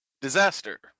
Disaster